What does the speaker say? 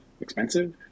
expensive